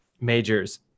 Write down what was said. majors